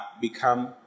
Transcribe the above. become